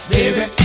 Baby